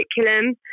curriculum